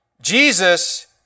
Jesus